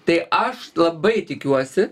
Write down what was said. tai aš labai tikiuosi